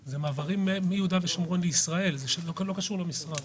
הם מיהודה ושומרון לישראל ואינם תחת אחריותנו.